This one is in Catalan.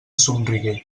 somrigué